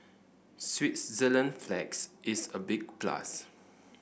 Switzerland flags is a big plus